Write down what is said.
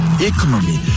economy